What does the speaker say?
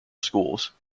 schools